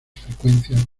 frecuencias